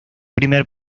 primer